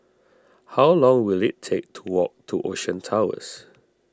how long will it take to walk to Ocean Towers